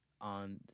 on